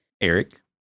Eric